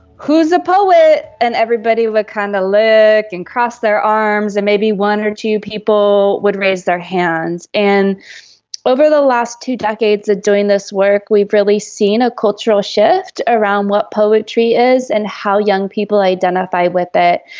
who is a poet? and everyone would kind of look and cross their arms and maybe one or two people would raise their hand. and over the last two decades of doing this work we've really seen a cultural shift around what poetry is and how young people identify with it.